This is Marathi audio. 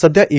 सध्या ई